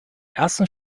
ersten